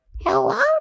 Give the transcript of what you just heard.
hello